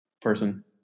person